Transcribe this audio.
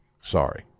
Sorry